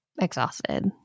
exhausted